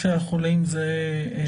כשהחוליים זה הווריאנט?